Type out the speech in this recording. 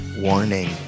Warning